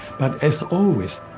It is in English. but as always,